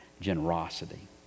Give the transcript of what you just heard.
generosity